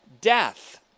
death